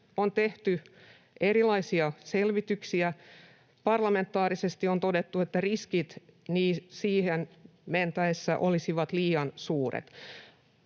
on tehty erilaisia selvityksiä. Parlamentaarisesti on todettu, että riskit siihen menemisessä olisivat liian suuret.